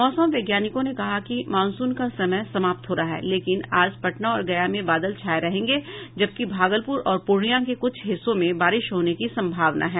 मौसम वैज्ञानिकों ने कहा है कि मॉनसून का समय समाप्त हो रहा है लेकिन आज पटना और गया में बादल छाये रहेंगे जबकि भागलपुर और पूर्णिया के क्छ हिस्सों में बारिश होने की संभावना है